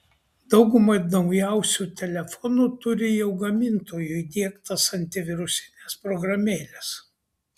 dauguma naujausių telefonų turi jau gamintojų įdiegtas antivirusines programėles